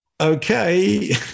okay